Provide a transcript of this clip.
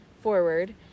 forward